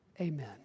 Amen